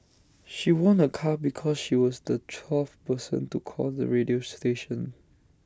she won A car because she was the twelfth person to call the radio station